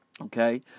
Okay